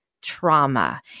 trauma